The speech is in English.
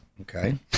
Okay